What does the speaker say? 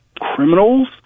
criminals